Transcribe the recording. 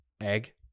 egg